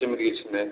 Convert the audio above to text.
ସେମିତି କିଛି ନାଇଁ